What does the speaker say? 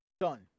done